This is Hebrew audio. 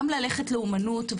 גם ללכת לאומנות,